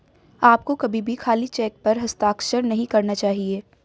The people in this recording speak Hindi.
आपको कभी भी खाली चेक पर हस्ताक्षर नहीं करना चाहिए